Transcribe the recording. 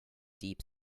deep